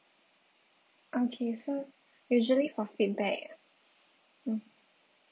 okay so usually for feedback mm